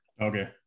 Okay